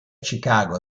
chicago